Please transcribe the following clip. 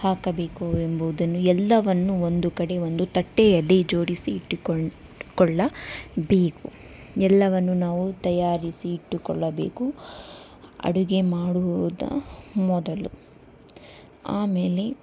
ಹಾಕಬೇಕು ಎಂಬುದನ್ನು ಎಲ್ಲವನ್ನು ಒಂದು ಕಡೆ ಒಂದು ತಟ್ಟೆಯಲ್ಲಿ ಜೋಡಿಸಿ ಇಟ್ಟು ಕೊನ್ ಇಟ್ಟುಕೊಳ್ಳಬೇಕು ಎಲ್ಲವನ್ನು ನಾವು ತಯಾರಿಸಿ ಇಟ್ಟುಕೊಳ್ಳಬೇಕು ಅಡುಗೆ ಮಾಡುವುದು ಮೊದಲು ಆಮೇಲೆ